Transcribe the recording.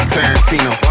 Tarantino